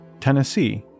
Tennessee